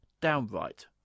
downright